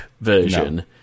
version